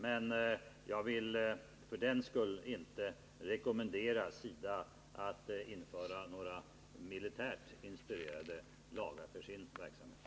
Men jag vill för den skull inte rekommendera SIDA att införa några militärt inspirerade lagar för sin verksamhet.